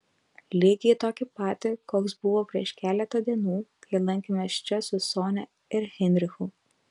lygiai tokį patį koks buvo prieš keletą dienų kai lankėmės čia su sonia ir heinrichu